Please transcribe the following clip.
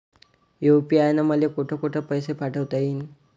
UPI न मले कोठ कोठ पैसे पाठवता येईन?